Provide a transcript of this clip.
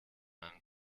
meinem